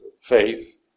faith